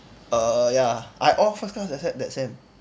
err ya I all first class except that sem